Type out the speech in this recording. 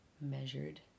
measured